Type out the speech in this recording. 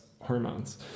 hormones